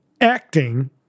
acting